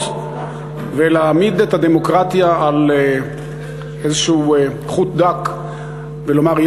ולהעמיד את הדמוקרטיה על איזשהו חוט דק ולומר,